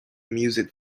music